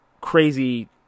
crazy